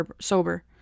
sober